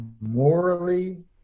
morally